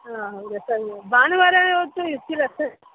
ಹಾಂ ಹೌದಾ ಸರಿ ಭಾನುವಾರ ಹೊತ್ತು ಇರ್ತೀರಾಸರ್